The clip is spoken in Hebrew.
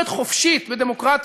אה, לא מבוקר.